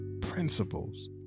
principles